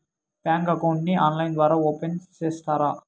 Bank account ని online ద్వారా open సేస్తారా?